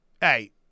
hey